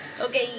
Okay